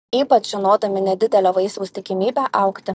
ypač žinodami nedidelę vaisiaus tikimybę augti